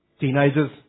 Teenagers